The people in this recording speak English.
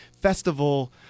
festival